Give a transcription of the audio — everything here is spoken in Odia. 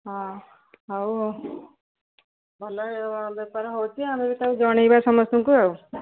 ହଁ ହଉ ଭଲ ବେପାର ହେଉଛି ଆମେ ବି ତାକୁ ଜଣେଇବା ସମସ୍ତଙ୍କୁ ଆଉ